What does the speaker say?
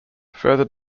further